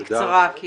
אבל בקצרה.